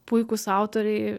puikūs autoriai